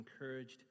encouraged